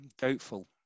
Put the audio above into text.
Doubtful